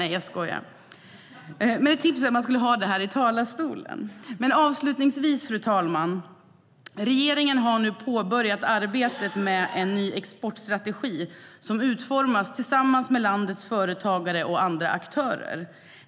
Nej, jag skojar bara, men ett tips är att man skulle kunna se det här i talarstolen. Avslutningsvis, fru talman: Regeringen har nu påbörjat arbetet med en ny exportstrategi som utformas tillsammans med landets företagare och andra aktörer.